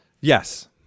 yes